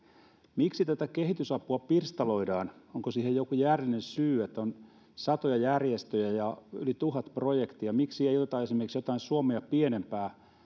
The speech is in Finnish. miksi kehitysapua pirstaloidaan onko siihen joku järjellinen syy että on satoja järjestöjä ja yli tuhat projektia miksi ei oteta esimerkiksi jotain suomea pienempää